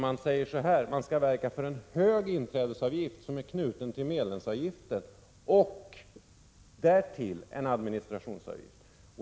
LO säger att man skall verka för en hög inträdesavgift som är knuten till medlemsavgiften och därtill en administrationsavgift.